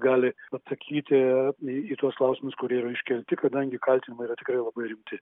gali atsakyti į į tuos klausimus kurie yra iškelti kadangi kaltinimai yra tikrai labai rimti